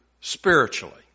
spiritually